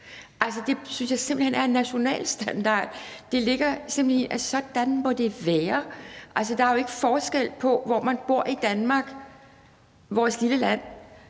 være en national standard. Det ligger i det, at sådan må det være. Der er jo ikke forskel på, hvor man bor i Danmark, i vores lille land,